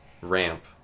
ramp